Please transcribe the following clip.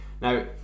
Now